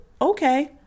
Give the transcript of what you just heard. okay